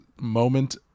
moment